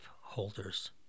holders